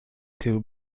tube